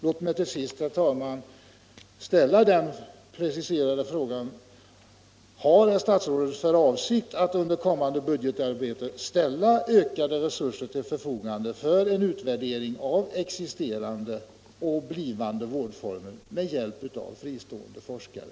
Låt mig till sist, herr talman, ställa en preciserad fråga: Har herr statsrådet för avsikt att under kommande budgetarbete ställa ökade resurser till förfogande för en utvärdering av existerande och blivande vårdformer med hjälp av fristående forskare?